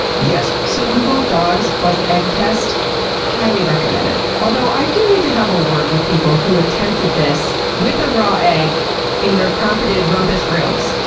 yes. so, google dogs plus egg test highly recommended. although i do need to have a word with people who attempted this with a raw egg in their carpeted rumpus rooms.